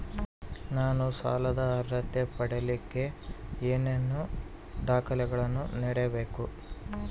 ನಾನು ಸಾಲದ ಅರ್ಹತೆ ಪಡಿಲಿಕ್ಕೆ ಏನೇನು ದಾಖಲೆಗಳನ್ನ ನೇಡಬೇಕು?